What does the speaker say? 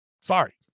sorry